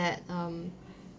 that um